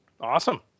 Awesome